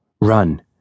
Run